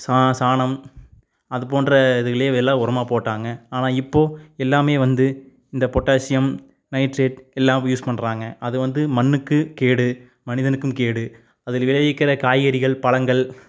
சா சாணம் அதுபோன்ற இதுகளையே எல்லாம் உரமாக போட்டாங்க ஆனால் இப்போது எல்லாமே வந்து இந்த பொட்டாசியம் நைட்ரேட் எல்லாம் யூஸ் பண்ணுறாங்க அது வந்து மண்ணுக்கு கேடு மனிதனுக்கும் கேடு அதில் விளைவிக்கிற காய்கறிகள் பழங்கள்